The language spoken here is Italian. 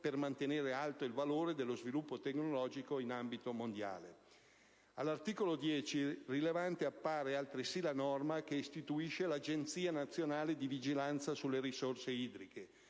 per mantenere alto il valore dello sviluppo tecnologico in ambito mondiale. All'articolo 10, rilevante appare altresì la norma che istituisce l'Agenzia nazionale per la regolazione e